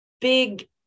big